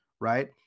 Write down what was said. right